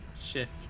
shift